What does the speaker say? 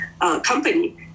company